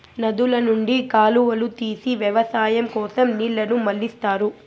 నదుల నుండి కాలువలు తీసి వ్యవసాయం కోసం నీళ్ళను మళ్ళిస్తారు